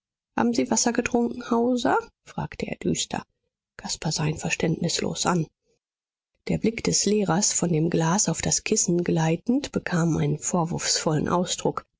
haben sie wasser getrunken hauser fragte er düster caspar sah ihn verständnislos an der blick des lehrers von dem glas auf das kissen gleitend bekam einen vorwurfsvollen ausdruck